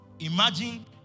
Imagine